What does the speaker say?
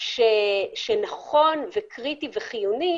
שנכון וחיוני